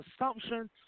assumption